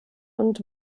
und